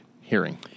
hearing